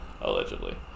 allegedly